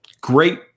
Great